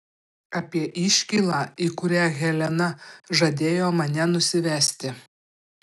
apie iškylą į kurią helena žadėjo mane nusivesti